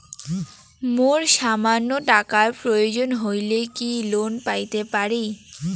মোর সামান্য টাকার প্রয়োজন হইলে কি লোন পাইতে পারি?